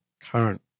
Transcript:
current